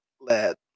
let